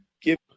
give